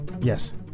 Yes